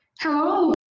Hello